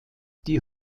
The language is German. die